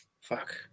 Fuck